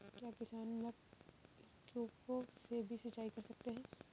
क्या किसान नल कूपों से भी सिंचाई कर सकते हैं?